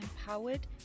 empowered